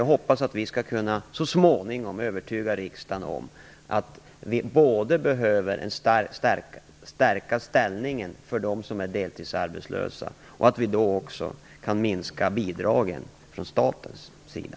Jag hoppas att vi så småningom skall kunna övertyga riksdagen om att vi behöver stärka ställningen för de deltidsarbetslösa och att vi då kan minska bidragen från statens sida.